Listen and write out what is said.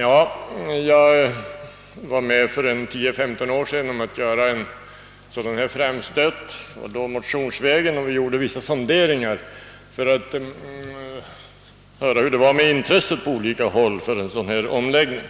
Ja, jag var för 10— 15 år sedan med om att göra en framstöt motionsvägen, och vi företog då vissa sonderingar för att höra hur det var med intresset på olika håll för en sådan här omläggning.